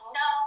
no